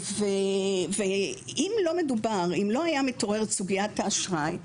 ואם לא הייתה מתעוררת סוגיית האשראי,